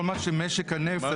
כל מה שמשק הנפט,